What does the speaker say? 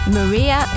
Maria